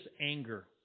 anger